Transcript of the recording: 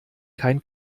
kein